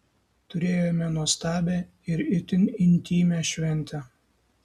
turėjome nuostabią ir itin intymią šventę